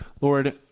Lord